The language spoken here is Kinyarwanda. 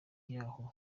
yaho